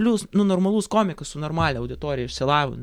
plius nu normalus komikas su normalia auditorija išsilav